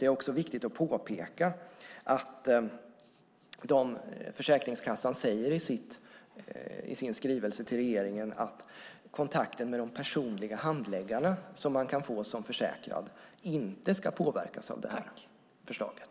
Det är också viktigt att påpeka att Försäkringskassan i sin skrivelse till regeringen säger att kontakten med de personliga handläggarna, som man som försäkrad kan få, inte ska påverkas av förslaget.